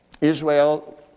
Israel